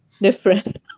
different